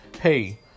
hey